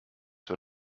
für